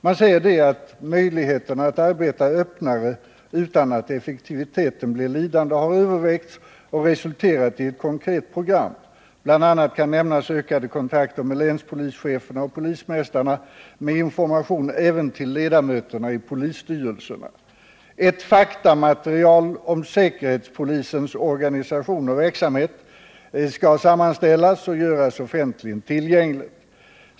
Man säger att möjligheterna att arbeta öppnare utan att effektiviteten blir lidande har övervägts och resulterat i ett konkret program. BI. a. kan nämnas ökade kontakter med länspolischeferna och polismästarna med information även till ledamöterna i polisstyrelserna. Ett faktamaterial om säkerhetspolisens organisation och verksamhet skall sammanställas och göras offentligen tillgängligt.